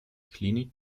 klinik